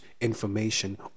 information